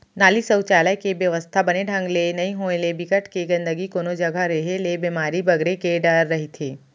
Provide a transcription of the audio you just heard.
नाली, सउचालक के बेवस्था ह बने ढंग ले नइ होय ले, बिकट के गंदगी कोनो जघा रेहे ले बेमारी बगरे के डर रहिथे